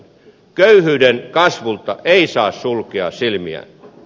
köyhyyden kasvulta ei saa sulkea silmiään